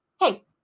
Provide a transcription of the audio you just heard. hey